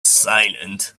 silent